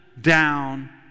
down